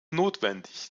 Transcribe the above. notwendig